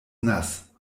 nass